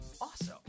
awesome